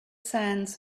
sands